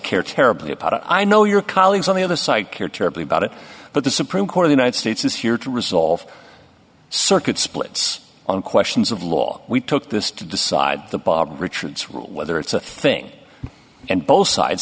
care terribly about i know your colleagues on the other side care terribly about it but the supreme court of united states is here to resolve circuit splits on questions of law we took this to decide the bob richards rule whether it's a thing and both sides